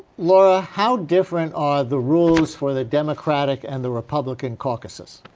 laura, how different are the rules for the democratic and the republican caucuses?